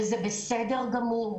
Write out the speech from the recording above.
וזה בסדר גמור.